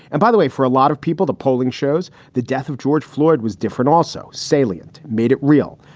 and by the way, for a lot of people, the polling shows the death of george flawed was different. also salient made it real.